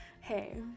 hey